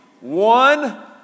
One